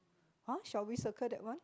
!huh! shall we circle that one